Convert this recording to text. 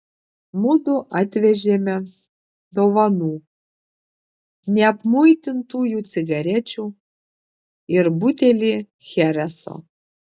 mudu atvežėme dovanų neapmuitintųjų cigarečių ir butelį chereso